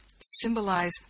symbolize